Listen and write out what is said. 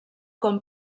com